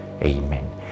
Amen